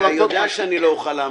אומרת הממשלה,